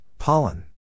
pollen